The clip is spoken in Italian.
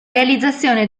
realizzazione